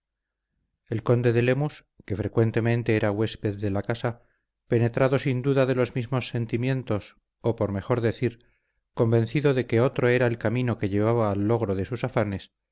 el conde de lemus que frecuentemente era huésped de la casa penetrado sin duda de los mismos sentimientos o por mejor decir convencido de que otro era el camino que llevaba al logro de sus afanes